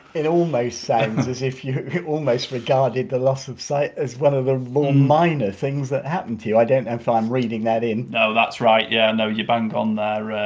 it almost sounds as if you almost regarded the loss of sight as one of the more minor things that happened to you, i don't know and if i'm reading that in? no, that's right yeah, no, you're bang on there.